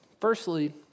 Firstly